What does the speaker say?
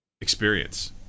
experience